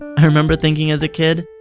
i remember thinking as a kid.